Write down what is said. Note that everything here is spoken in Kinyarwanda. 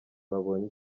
babonye